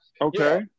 okay